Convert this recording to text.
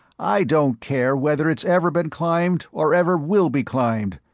i don't care whether it's ever been climbed or ever will be climbed,